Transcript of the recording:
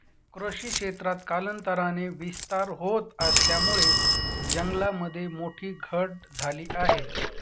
कृषी क्षेत्रात कालांतराने विस्तार होत असल्यामुळे जंगलामध्ये मोठी घट झाली आहे